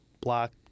block